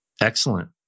Excellent